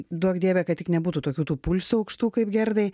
duok dieve kad tik nebūtų tokių tų pulsų aukštų kaip gerdai